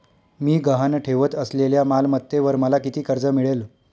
मी गहाण ठेवत असलेल्या मालमत्तेवर मला किती कर्ज मिळेल?